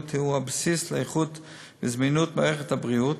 הוא הבסיס לאיכות ולזמינות של מערכת הבריאות,